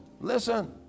listen